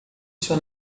sua